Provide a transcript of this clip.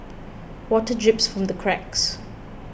water drips from the cracks